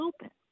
Open